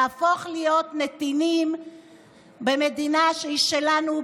נהפוך להיות נתינים במדינה שהיא שלנו,